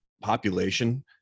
population